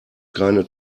keine